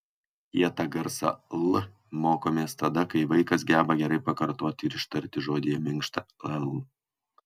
kietą garsą l mokomės tada kai vaikas geba gerai pakartoti ir ištarti žodyje minkštą l